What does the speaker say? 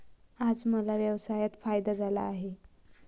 आज मला व्यवसायात फायदा झाला आहे